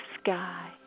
sky